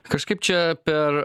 kažkaip čia per